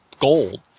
gold